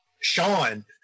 Sean